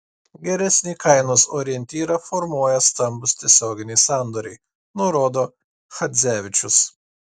geresnį kainos orientyrą formuoja stambūs tiesioginiai sandoriai nurodo chadzevičius